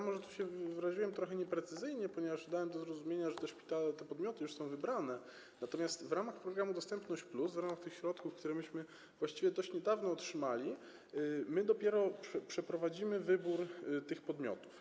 Może wyraziłem się tu trochę nieprecyzyjnie, ponieważ dałem do zrozumienia, że te szpitale, te podmioty już są wybrane, natomiast w ramach programu „Dostępność+”, w ramach tych środków, które otrzymaliśmy właściwie dość niedawno, my dopiero przeprowadzimy wybór tych podmiotów.